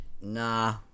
nah